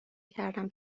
کردم